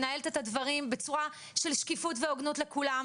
שמנהלת את הדברים בצורה של שקיפות והוגנות לכולם.